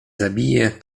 zabije